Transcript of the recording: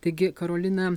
taigi karolina